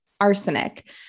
arsenic